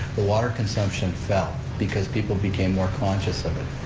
the water consumption fell because people became more conscious of it.